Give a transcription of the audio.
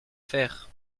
faire